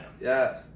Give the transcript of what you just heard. Yes